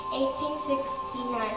1869